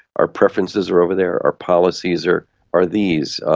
our preferences are over there, our policies are are these.